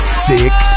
sick